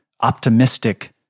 optimistic